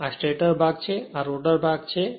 કે આ સ્ટેટર ભાગ છે અને તે રોટર ભાગ છે